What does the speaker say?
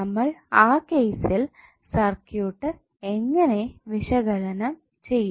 നമ്മൾ ആ കേസിൽ സർക്യൂട്ട് എങ്ങനെ വിശകലനം ചെയ്യും